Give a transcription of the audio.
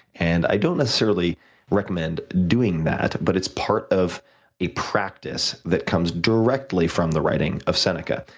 and i don't necessarily recommend doing that, but it's part of a practice that comes directly from the writing of seneca,